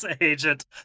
agent